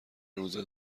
روزه